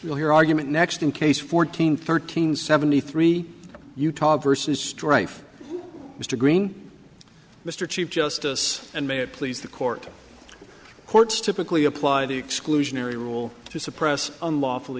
you'll hear argument next in case fourteen thirteen seventy three utah versus strife mr greene mr chief justice and may it please the court court's typically apply the exclusionary rule to suppress unlawful